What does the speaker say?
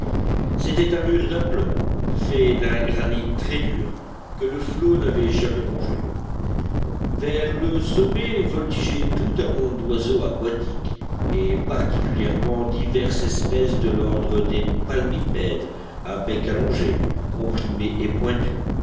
c'était un mur d'aplomb fait d'un granit très dur que le flot n'avait jamais rongé vers le sommet voltigeait tout un monde d'oiseaux aquatiques et particulièrement diverses espèces de l'ordre des palmipèdes à bec allongé comprimé et pointu